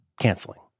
canceling